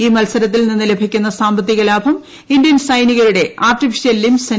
ഈ മത്സരത്തിൽ നിന്നും ലഭിക്കുന്ന സാമ്പത്തിക ലാഭം ഇന്ത്യൻ സൈനികരുടെ ആർട്ടിഫിഷ്യൽ ലിംബ് നൽകും